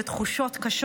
בתחושות קשות.